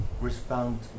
respond